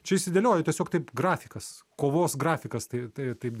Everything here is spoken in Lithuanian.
čia išsidėlioja tiesiog taip grafikas kovos grafikas tai tai taip